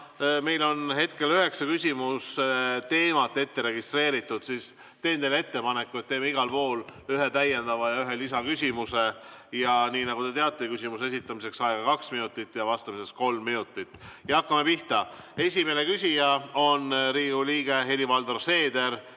meil on üheksa küsimuse teemat ette registreeritud, siis teen ettepaneku, et teeme iga puhul ühe täiendava ja ühe lisaküsimuse. Nagu te teate, on küsimuse esitamiseks aega kaks minutit ja vastamiseks kolm minutit. Hakkame pihta. Esimene küsija on Riigikogu liige Helir-Valdor Seeder.